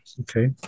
Okay